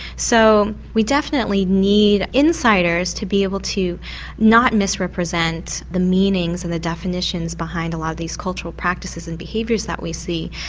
so we definitely need insiders to be able to not misrepresent the meanings and the definitions behind a lot of these cultural practices and the behaviours that we see.